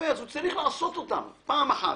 אז הוא צריך לעשות אותם, זה פעם אחת.